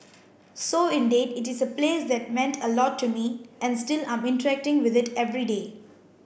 so indeed it is a place that meant a lot to me and still I'm interacting with it every day